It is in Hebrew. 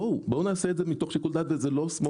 בואו נעשה את זה מתוך שיקול דעת וזה לא שמאל וימין.